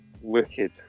wicked